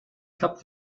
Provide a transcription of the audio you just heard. kap